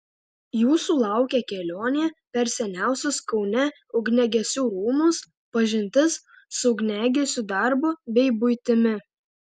jūsų laukia kelionė per seniausius kaune ugniagesių rūmus pažintis su ugniagesiu darbu bei buitimi